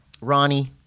Ronnie